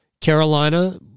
Carolina